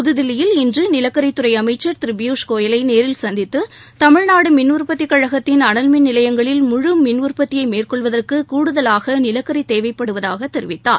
புதுதில்லியில் இன்று நிலக்கரித் துறை அமைச்சர் திரு பியூஷ் நேரில் சந்தித்து தமிழ்நாடு மின் உற்பத்தி கழகத்தின் அனல் மின் நிலையங்களில் முழு மின் உற்பத்தியை மேற்கொள்வதற்கு கூடுதலாக நிலக்கரி தேவைப்படுவதாக தெரிவித்தார்